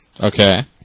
okay